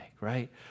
right